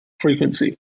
frequency